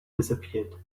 disappeared